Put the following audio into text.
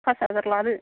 फास हाजार लादो